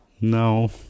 No